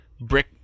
brick